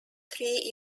three